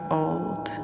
old